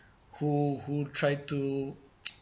who who try to